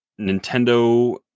Nintendo